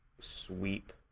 sweep